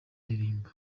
ndirimbo